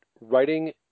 writing